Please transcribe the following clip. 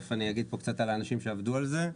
תיכף אני אגיד פה קצת על האנשים שעבדו על זה,